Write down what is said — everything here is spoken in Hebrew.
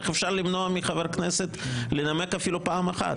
איך אפשר למנוע מחבר כנסת לנמק אפילו פעם אחת?